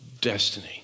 destiny